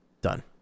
Done